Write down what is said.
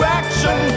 action